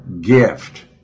gift